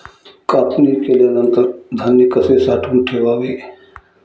कापणी केल्यानंतर धान्य कसे साठवून ठेवावे?